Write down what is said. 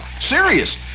Serious